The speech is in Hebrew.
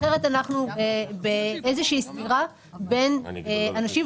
אחרת אנחנו באיזה שהיא סתירה בין אנשים.